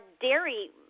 dairy